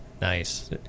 Nice